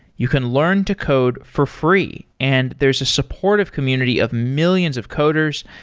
you can learn to code for free, and there's a support of community of millions of coders.